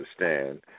understand